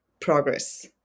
progress